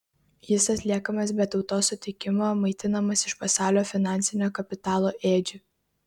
jis atliekamas be tautos sutikimo maitinamas iš pasaulio finansinio kapitalo ėdžių